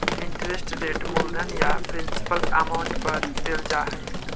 interest rate मूलधन या principal amount पर देल जा हई